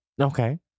Okay